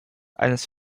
eines